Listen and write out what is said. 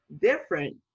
different